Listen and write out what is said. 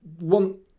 want